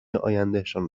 آیندهشان